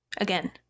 Again